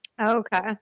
Okay